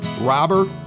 Robert